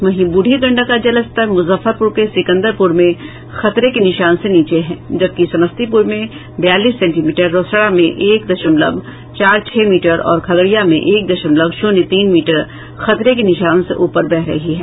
वहीं ब्रूढी गंडक का जलस्तर मुजफ्फरपुर के सिकन्दरपुर में खतरे के निशान से नीचे है जबकि समस्तीपुर में बयालीस सेंटीमीटर रोसड़ा में एक दशमलव चार छह मीटर और खगड़िया में एक दशमलव शून्य तीन मीटर खतरे के निशान से ऊपर बह रही है